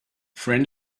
friend